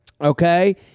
Okay